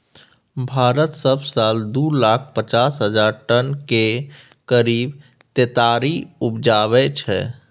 भारत सब साल दु लाख पचास हजार टन केर करीब तेतरि उपजाबै छै